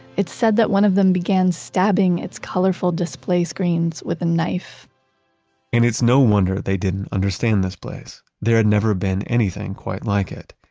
it said that one of them began stabbing its colorful display screens with a knife and it's no wonder they didn't understand this place. there had never been anything quite like it.